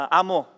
amo